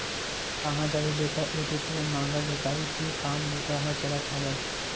काँहा जाबे बेटा ऐदे तो नांगर जोतई के काम बूता ह चलत हवय